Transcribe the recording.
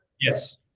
Yes